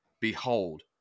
Behold